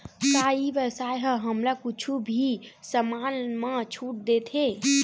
का ई व्यवसाय ह हमला कुछु भी समान मा छुट देथे?